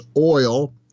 oil